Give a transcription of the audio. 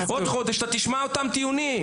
עוד חודש אתה תשמע את אותם הטיעונים.